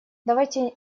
давайте